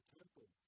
temple